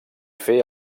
fer